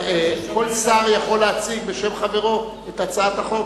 כל שר יכול להציג בשם חברו את הצעת החוק,